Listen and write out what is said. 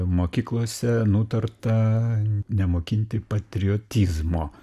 mokyklose nutarta nemokinti patriotizmo